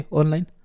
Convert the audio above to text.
online